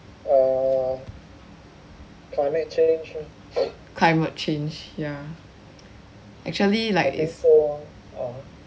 climate change ya actually like is